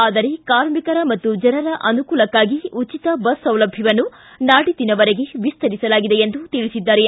ಆದರೆ ಕಾರ್ಮಿಕರ ಮತ್ತು ಜನರ ಅನುಕೂಲಕ್ಷಾಗಿ ಉಚಿತ ಬಸ್ ಸೌಲಭ್ಯವನ್ನು ನಾಡಿದ್ದಿನವರೆಗೆ ವಿಸ್ತರಿಸಲಾಗಿದೆ ಎಂದು ತಿಳಿಸಿದ್ದಾರೆ